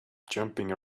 jumping